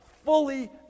fully